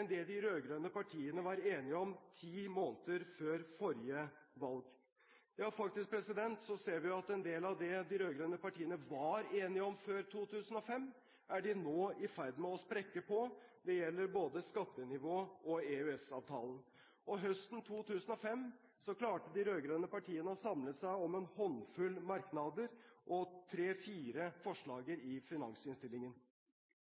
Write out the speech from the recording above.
enn det de rød-grønne partiene var enige om ti måneder før forrige valg. Vi ser faktisk at en del av det de rød-grønne partiene var enige om før 2005, er de nå i ferd med å sprekke på. Det gjelder både skattenivå og EØS-avtalen. Høsten 2005 klarte de rød-grønne partiene å samle seg om en håndfull merknader og tre–fire forslag i finansinnstillingen,